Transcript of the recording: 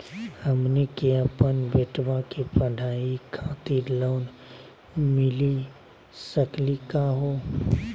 हमनी के अपन बेटवा के पढाई खातीर लोन मिली सकली का हो?